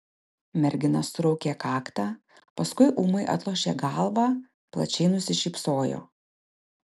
mergina suraukė kaktą paskui ūmai atlošė galvą plačiai nusišypsojo